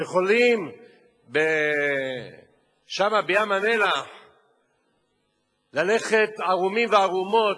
שיכולים שם בים-המלח ללכת ערומים וערומות